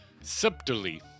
subtly